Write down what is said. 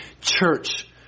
church